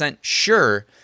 sure